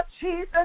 Jesus